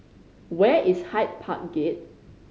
where is Hyde Park Gate